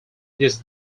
this